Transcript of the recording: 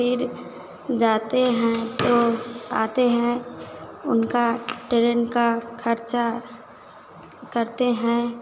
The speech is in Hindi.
फ़िर जाते हैं तो आते हैं उनका टेरेन का खर्चा करते हैं